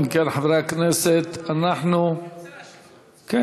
אם כן, חברי הכנסת, אנחנו, אני רוצה להשיב, בבקשה.